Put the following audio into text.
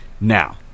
Now